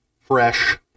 fresh